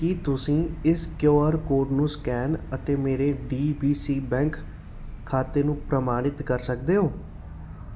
ਕੀ ਤੁਸੀਂਂ ਇਸ Q R code ਨੂੰ ਸਕੈਨ ਅਤੇ ਮੇਰੇ ਡੀ ਬੀ ਸੀ ਬੈਂਕ ਖਾਤੇ ਨੂੰ ਪ੍ਰਮਾਣਿਤ ਕਰ ਸਕਦੇ ਹੋ